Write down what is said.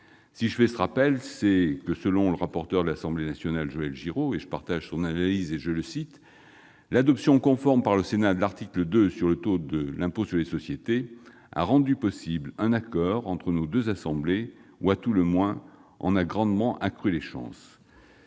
Si je fais ce rappel, c'est que, selon le rapporteur de l'Assemblée nationale, Joël Giraud, dont je partage l'analyse, « l'adoption conforme par le Sénat de l'article 2 sur le taux de l'IS a [...] rendu possible un accord sur le texte entre nos deux assemblées ou, à tout le moins, en a grandement accru les chances.